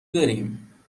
داریم